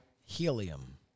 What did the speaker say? Helium